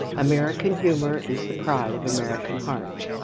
american humour is the pride of american hearts.